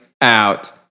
out